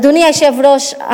אדוני היושב-ראש,